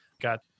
got